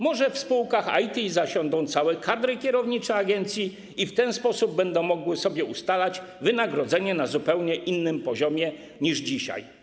Może w spółkach IT zasiądą całe kadry kierownicze agencji i w ten sposób będą mogły sobie ustalać wynagrodzenie na zupełnie innym poziomie niż dzisiaj.